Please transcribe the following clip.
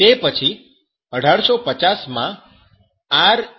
તે પછી 1850 માં આર